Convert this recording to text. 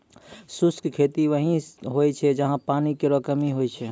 शुष्क खेती वहीं होय छै जहां पानी केरो कमी होय छै